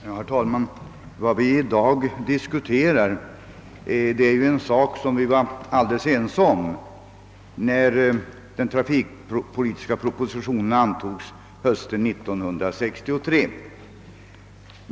Herr talman! Det vi i dag diskuterar är något som vi var helt ense om när den trafikpolitiska propositionen antogs hösten 1963.